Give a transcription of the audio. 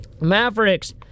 Mavericks